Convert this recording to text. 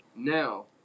Now